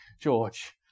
george